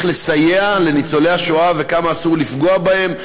לסייע לניצולי השואה וכמה אסור לפגוע בהם,